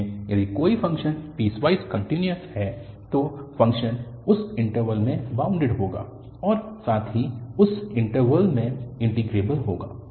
इसलिए यदि कोई फ़ंक्शन पीसवाइस कन्टिन्यूअस है तो फ़ंक्शन उस इन्टरवल में बाउंडेड होगा और साथ ही उस इन्टरवल में इन्टीग्रेबल होगा